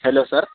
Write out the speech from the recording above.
hello sir